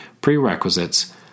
Prerequisites